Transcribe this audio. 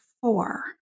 four